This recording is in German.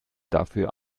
dafür